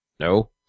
No